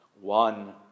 one